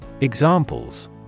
Examples